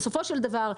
בסופו של דבר,